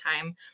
time